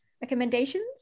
recommendations